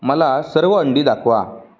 मला सर्व अंडी दाखवा